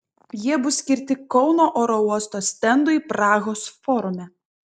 jie bus skirti kauno oro uosto stendui prahos forume